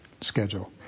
schedule